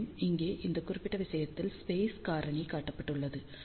மேலும் இங்கே இந்த குறிப்பிட்ட விஷயத்தில் ஸ்பேஸ் காரணி காட்டப்பட்டுள்ளது